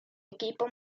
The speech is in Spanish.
equipo